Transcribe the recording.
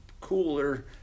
cooler